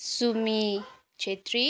Sumi Chhetri